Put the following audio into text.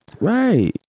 Right